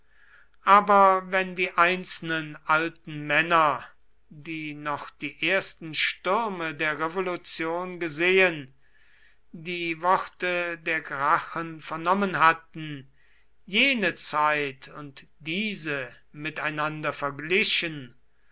aber wenn die einzelnen alten männer die noch die ersten stürme der revolution gesehen die worte der gracchen vernommen hatten jene zeit und diese miteinander verglichen